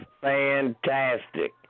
fantastic